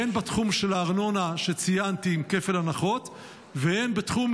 הן בתחום של הארנונה שציינתי עם כפל הנחות והן בתחום,